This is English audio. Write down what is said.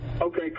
Okay